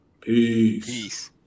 peace